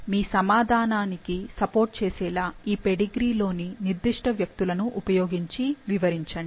మీ సమాధానానికి సపోర్ట్ చేసేలా ఈ పెడిగ్రీలోని నిర్దిష్ట వ్యక్తులను ఉపయోగించి వివరించండి